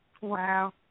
Wow